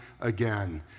again